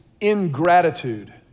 ingratitude